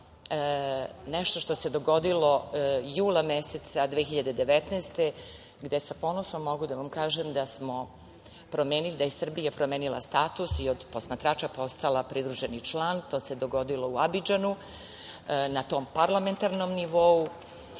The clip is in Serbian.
nešto što se dogodilo jula meseca 2019. godine, gde sa ponosom mogu da vam kažem da je Srbija promenila status i od posmatrača postala pridruženi član. To se dogodilo u Abidžanu na tom parlamentarnom nivou.